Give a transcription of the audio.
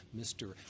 Mr